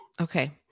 Okay